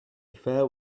affair